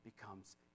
becomes